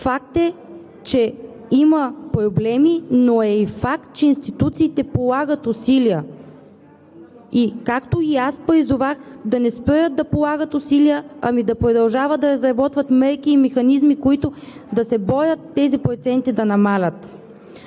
факт е, че има проблеми, но е и факт, че институциите полагат усилия и както и аз призовах – да не спират да полагат усилия, ами да продължават да разработват мерки и механизми, с които да се борят тези проценти да намаляват.